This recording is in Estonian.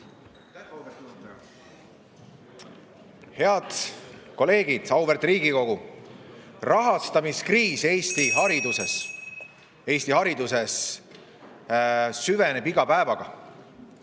Head kolleegid, auväärt Riigikogu! Rahastamiskriis Eesti hariduses süveneb iga päevaga.